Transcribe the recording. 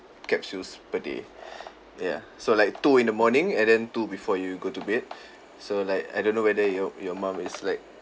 capsules per day ya so like two in the morning and then two before you go to bed so like I don't know whether your your mum is like